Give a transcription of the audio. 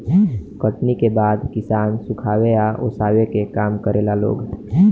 कटनी के बाद किसान सुखावे आ ओसावे के काम करेला लोग